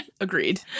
agreed